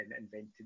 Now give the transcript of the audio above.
invented